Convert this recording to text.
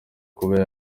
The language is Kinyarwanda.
kuba